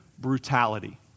brutality